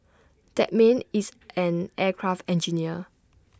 that man is an aircraft engineer